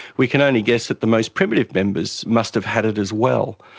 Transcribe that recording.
we can only guess that the most primitive members must have had it as well.